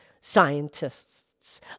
scientists